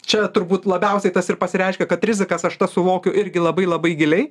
čia turbūt labiausiai tas ir pasireiškia kad rizikas aš tas suvokiu irgi labai labai giliai